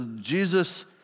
Jesus